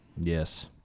Yes